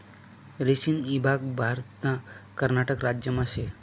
रेशीम ईभाग भारतना कर्नाटक राज्यमा शे